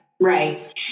right